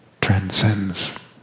transcends